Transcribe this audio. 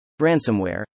Ransomware